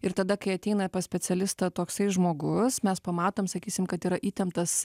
ir tada kai ateina pas specialistą toksai žmogus mes pamatom sakysim kad yra įtemptas